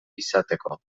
izateko